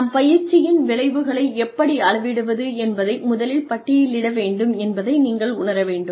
நாம் பயிற்சியின் விளைவுகளை எப்படி அளவிடுவது என்பதை முதலில் பட்டியலிட வேண்டும் என்பதை நீங்கள் உணர வேண்டும்